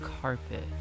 carpet